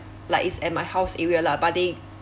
like it's at my house area lah but they